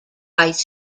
ice